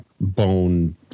bone